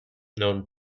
known